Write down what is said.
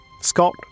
Scott